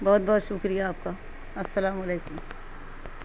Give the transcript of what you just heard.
بہت بہت شکریہ آپ کا السلام علیکم